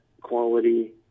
quality